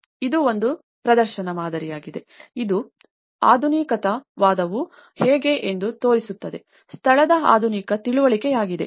ಇದು ಒಂದು ಪ್ರದರ್ಶನ ಮಾದರಿಯಾಗಿದೆ ಇದು ಆಧುನಿಕತಾವಾದವು ಹೇಗೆ ಎಂದು ತೋರಿಸುತ್ತದೆ ಸ್ಥಳದ ಆಧುನಿಕ ತಿಳುವಳಿಕೆಯಾಗಿದೆ